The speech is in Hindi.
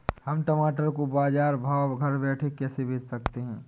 हम टमाटर को बाजार भाव में घर बैठे कैसे बेच सकते हैं?